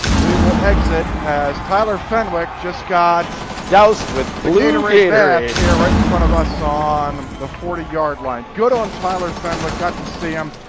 we will exit as tyler fenwick just got doused with blue gate raid here, right in front of us on the forty yard line. good on tyler fenwick. got to see him.